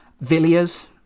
Villiers